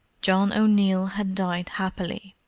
john o'neill had died happily,